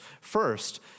First